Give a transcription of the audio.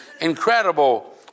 incredible